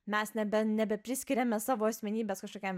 mes nebe nebepriskiriame savo asmenybės kažkokiam